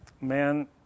man